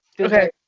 Okay